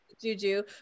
Juju